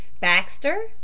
Baxter